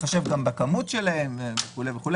בהתחשב בכמות שלהם וכו'.